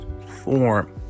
form